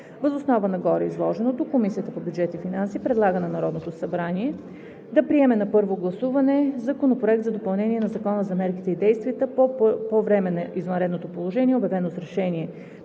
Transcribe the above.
Въз основа на гореизложеното Комисията по бюджет и финанси предлага на Народното събрание да приеме на първо гласуване Законопроект за допълнение на Закона за мерките и действията по време на извънредното положение, обявено с решение